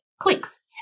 clicks